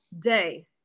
day